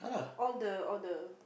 all the all the